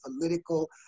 political